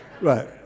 Right